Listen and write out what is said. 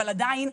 אבל עדיין,